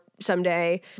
someday